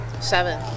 Seven